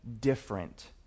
different